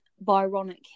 Byronic